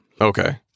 Okay